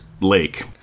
lake